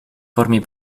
formie